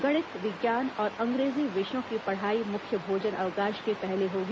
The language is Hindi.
गणित विज्ञान और अंग्रेजी विषयों की पढ़ाई मुख्य भोजन अवकाश के पहले होगी